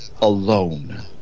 alone